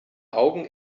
augen